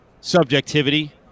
subjectivity